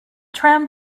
tram